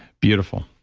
beautiful.